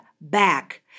back